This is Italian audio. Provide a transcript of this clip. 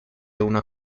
una